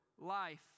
life